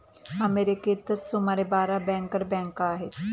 अमेरिकेतच सुमारे बारा बँकर बँका आहेत